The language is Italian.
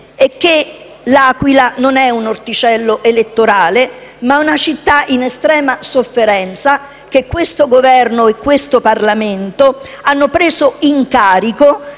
e che L'Aquila non è un orticello elettorale, bensì una città in estrema sofferenza che questo Governo e questo Parlamento hanno preso in carico